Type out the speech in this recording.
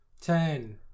ten